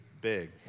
big